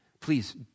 Please